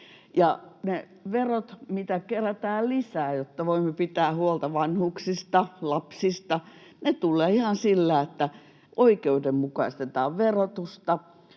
verot, mitä kerätään lisää, jotta voimme pitää huolta vanhuksista, lapsista, tulevat ihan sillä, että oikeudenmukaistetaan verotusta,